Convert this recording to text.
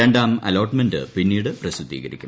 രണ്ടാം അലോട്ട്മെന്റ് പിന്നീട് പ്രസിദ്ധീകരിക്കും